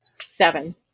Seven